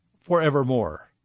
forevermore